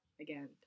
again